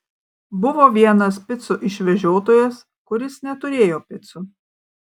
buvo vienas picų išvežiotojas kuris neturėjo picų